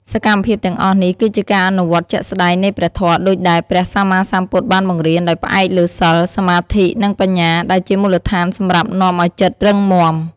សកម្មភាពទាំងអស់នេះ គឺជាការអនុវត្តជាក់ស្ដែងនៃព្រះធម៌ដូចដែលព្រះសម្មាសម្ពុទ្ធបានបង្រៀន ដោយផ្អែកលើសីល សមាធិ និងបញ្ញា ដែលជាមូលដ្ឋានសម្រាប់នាំឲ្យចិត្តរឹងមាំ។